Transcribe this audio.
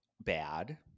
bad